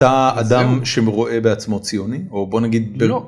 אדם שרואה בעצמו ציוני או בוא נגיד לא.